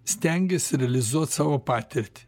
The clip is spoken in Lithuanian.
stengiasi realizuot savo patirtį